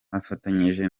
afatanyije